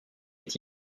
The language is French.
est